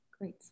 Great